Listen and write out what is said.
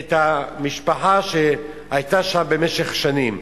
את המשפחה שהיתה שם במשך שנים,